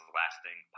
lasting